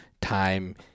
time